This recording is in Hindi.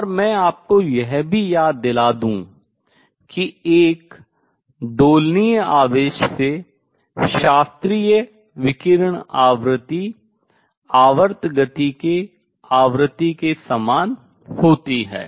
और मैं आपको यह भी याद दिला दूं कि एक दोलनीय आवेश से शास्त्रीय विकिरण आवृत्ति आवर्त गति की आवृत्ति के समान होती है